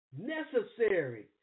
necessary